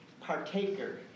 partaker